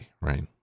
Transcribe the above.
right